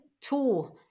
two